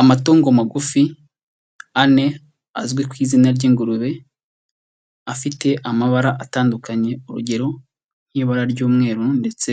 Amatungo magufi ane azwi ku izina ry'ingurube, afite amabara atandukanye, urugero nk'ibara ry'umweru ndetse